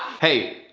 hey,